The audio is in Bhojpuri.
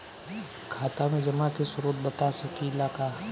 खाता में जमा के स्रोत बता सकी ला का?